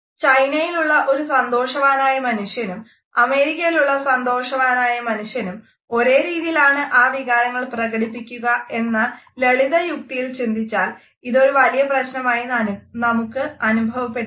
ചൈനയിലുള്ള ഒരു സന്തോഷവാനായ മനുഷ്യനും അമേരിക്കയിലുള്ള സന്തോഷവാനായ മനുഷ്യനും ഒരേ രീതിയിലാണ് ആ വികാരങ്ങൾ പ്രകടിപ്പിക്കുക എന്ന ലളിതയുക്തിയിൽ ചിന്തിച്ചാൽ ഇതൊരു വലിയ പ്രശ്നമായി നമുക്ക് അനുഭവപ്പെട്ടേക്കില്ല